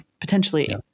potentially